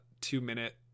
two-minute